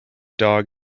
dog